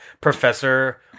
Professor